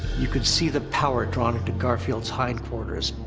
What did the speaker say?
you can see the power drawn into garfield's hind quarters,